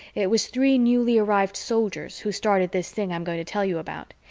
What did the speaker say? it was three newly arrived soldiers who started this thing i'm going to tell you about,